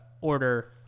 order